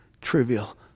trivial